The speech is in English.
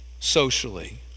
Socially